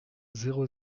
zéro